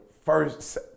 first